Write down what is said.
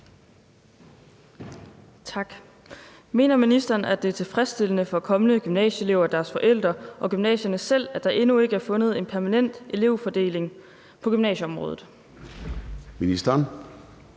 Mener ministeren, at det er tilfredsstillende for kommende gymnasieelever, deres forældre og gymnasierne selv, at der endnu ikke er fundet en permanent elevfordelingsmodel på gymnasieområdet? Kl.